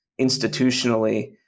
institutionally